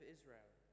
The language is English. Israel